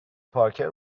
پارکر